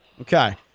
Okay